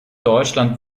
deutschland